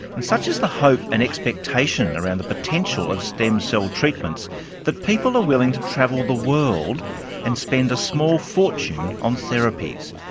and such is the hope and expectation around the potential of stem cell so treatments that people are willing to travel the world and spend a small fortune on therapies.